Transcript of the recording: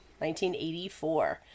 1984